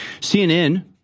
CNN